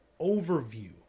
overview